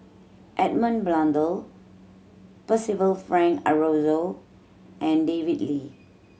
Edmund Blundell Percival Frank Aroozoo and David Lee